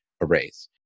arrays